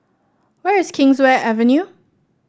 where is Kingswear Avenue